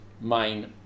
main